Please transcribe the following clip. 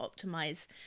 optimize